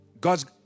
God's